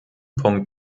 punkt